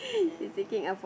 and